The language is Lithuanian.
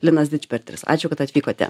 linas dičpetris ačiū kad atvykote